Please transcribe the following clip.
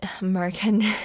American